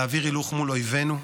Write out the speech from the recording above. להעביר הילוך מול אויבינו.